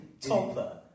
topper